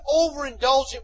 overindulgent